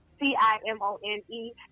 C-I-M-O-N-E